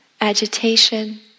agitation